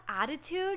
attitude